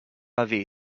avaient